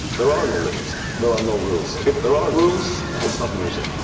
there are no limits, there are no rules. if there are rules, it's not music.